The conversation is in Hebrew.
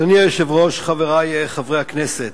אדוני היושב-ראש, חברי חברי הכנסת,